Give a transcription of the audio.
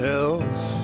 else